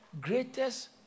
greatest